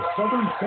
Southern